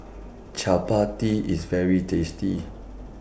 Chappati IS very tasty